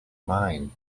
mine